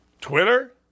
Twitter